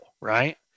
right